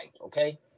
Okay